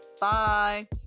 Bye